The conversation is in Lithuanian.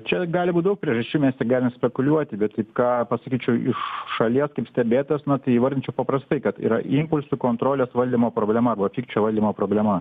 čia gali būt daug priežasčių mes tik galim spekuliuoti bet ką pasakyčiau iš šalies stebėtas na tai įvardinčiau paprastai kad yra impulsų kontrolės valdymo problema arba pykčio valdymo problema